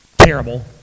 terrible